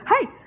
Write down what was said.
hey